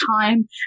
time